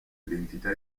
identità